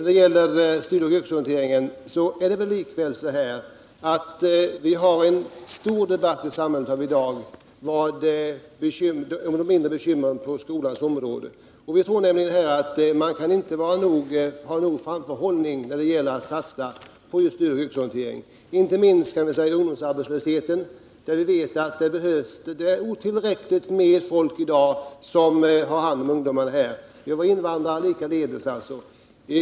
Vad beträffar studieoch yrkesorienteringen vill jag säga att det pågår i samhället i dag en stor debatt om de mindre bekymren på skolans område. Vi tror att man inte kan ha nog av framförhållning när det gäller att satsa på studieoch yrkesorienteringen. Vi vet att det inte minst med tanke på ungdomsarbetslösheten behövs betydligt mer folk som tar hand om ungdomarna. Detsamma gäller i fråga om våra invandrare.